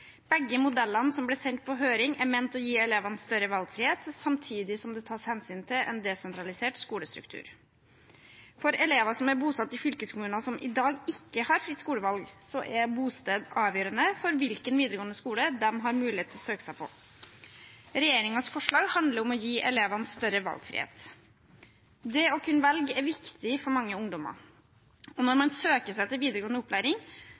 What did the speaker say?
Begge modellene som ble sendt på høring, er ment å gi elevene større valgfrihet, samtidig som det tas hensyn til en desentralisert skolestruktur. For elever som er bosatt i fylkeskommuner som i dag ikke har fritt skolevalg, er bosted avgjørende for hvilken videregående skole de har mulighet til å søke seg på. Regjeringens forslag handler om å gi elevene større valgfrihet. Det å kunne velge er viktig for mange ungdommer, og når man søker seg til videregående opplæring,